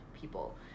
people